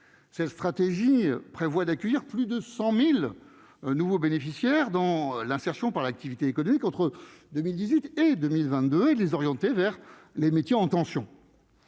cette stratégie prévoit d'accueillir plus de 100000 un nouveau bénéficiaire dans l'insertion par l'activité économique entre 2018 et 2022, et de les orienter vers les métiers en tension.